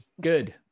Good